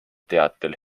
teatel